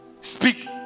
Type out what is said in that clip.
speak